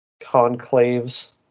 conclaves